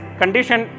condition